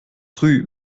rue